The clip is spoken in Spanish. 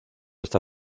esta